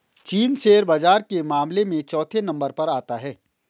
चीन शेयर बाजार के मामले में चौथे नम्बर पर आता है